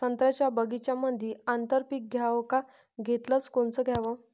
संत्र्याच्या बगीच्यामंदी आंतर पीक घ्याव का घेतलं च कोनचं घ्याव?